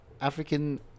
African